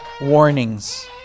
warnings